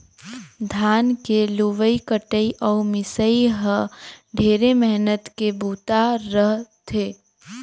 धान के लुवई कटई अउ मिंसई ह ढेरे मेहनत के बूता रह थे